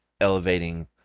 elevating